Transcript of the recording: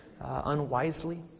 unwisely